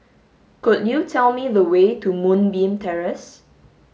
could you tell me the way to Moonbeam Terrace